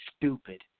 stupid